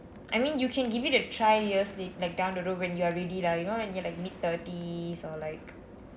I mean you can give it a try years lat~ like down the road when you're ready lah you know and you're like mid thirties or like